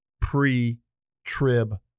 pre-trib